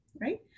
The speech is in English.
right